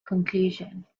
conclusion